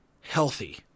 healthy